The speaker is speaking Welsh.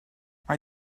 mae